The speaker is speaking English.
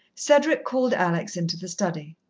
cedric called alex into the study.